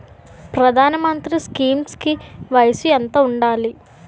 ప్రధాన మంత్రి స్కీమ్స్ కి వయసు ఎంత ఉండాలి?